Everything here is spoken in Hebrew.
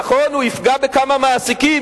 נכון שהוא יפגע בכמה מעסיקים,